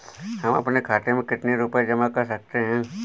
हम अपने खाते में कितनी रूपए जमा कर सकते हैं?